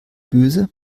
böse